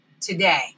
today